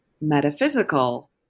metaphysical